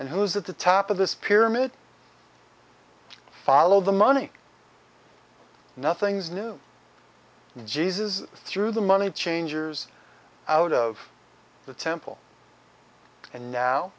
and who's at the top of this pyramid follow the money nothing's new jesus through the money changers out of the temple and now